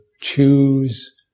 choose